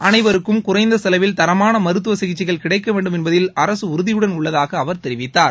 அனைவருக்கும் குறைந்த செலவில் தரமான மருத்துவ சிகிச்சைகள் கிடைக்க வேண்டும் என்பதில் அரசு உறுதியுடன் உள்ளதாக அவர் தெரிவித்தார்